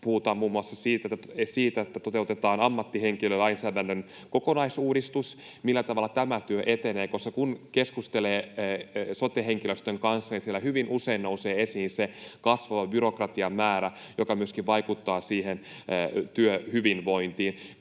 puhutaan muun muassa siitä, että toteutetaan ammattihenkilölainsäädännön kokonaisuudistus — millä tavalla tämä työ etenee? Kun keskustelee sote-henkilöstön kanssa, niin siellä hyvin usein nousee esiin se kasvava byrokratian määrä, joka vaikuttaa myöskin työhyvinvointiin.